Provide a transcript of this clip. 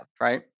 right